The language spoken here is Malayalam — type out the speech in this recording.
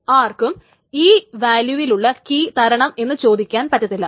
ആർക്കും ഈ വാല്യൂവിലുള്ള കീ തരണം എന്നു ചോദിക്കാൻ പറ്റത്തില്ല